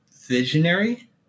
visionary